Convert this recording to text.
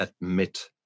admit